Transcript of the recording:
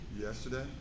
yesterday